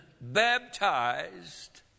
baptized